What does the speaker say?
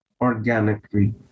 organically